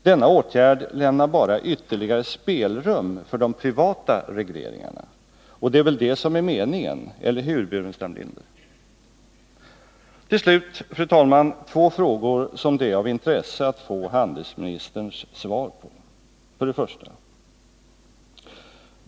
En sådan åtgärd lämnar bara ytterligare spelrum för de privata regleringarna, och det är väl det som är meningen — eller hur, herr Burenstam Linder? Fru talman! Till slut två frågor som det är av intresse att få handelsministerns svar på: 1.